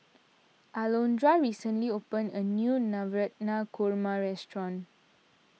Alondra recently opened a new Navratan Korma restaurant